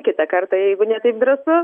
kitą kartą jeigu ne taip drąsu